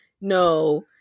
no